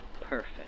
perfect